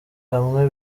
hamwe